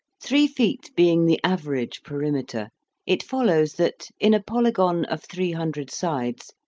three feet being the average perimeter it follows that, in a polygon of three hundred sides,